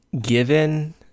given